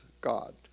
God